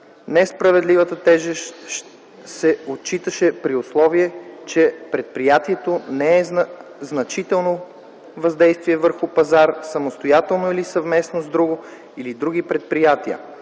несправедливата тежест се отчиташе при условие, че предприятието не е със значително въздействие върху пазара, самостоятелно или съвместно с друго или други предприятия,